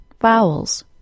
vowels